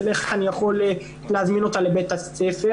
איך אני יכול להזמין אותה לבית הספר.